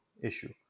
issue